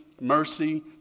mercy